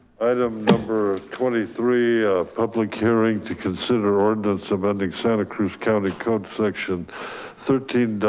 item number twenty three, a public hearing to consider ordinance amending santa cruz county code section thirteen,